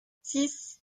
six